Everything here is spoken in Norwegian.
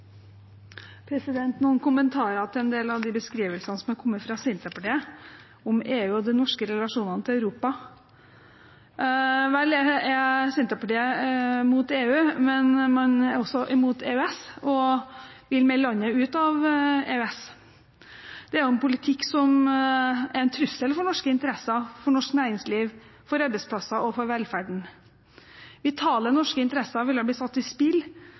har noen kommentarer til en del av de beskrivelsene som har kommet fra Senterpartiet om EU og de norske relasjonene til Europa. Vel er Senterpartiet imot EU, men man er også imot EØS og vil melde landet ut av EØS. Det er jo en politikk som er en trussel for norske interesser, for norsk næringsliv, for arbeidsplasser og for velferden. Vitale norske interesser ville blitt satt i spill